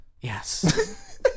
yes